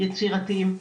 יצירתיים.